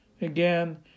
Again